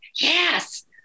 yes